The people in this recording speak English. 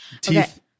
Teeth